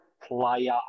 player